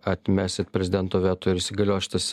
atmesit prezidento veto ir įsigalios šitas